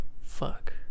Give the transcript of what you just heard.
fuck